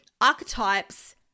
archetypes